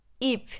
ip